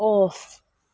off